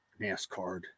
NASCAR